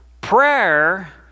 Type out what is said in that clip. Prayer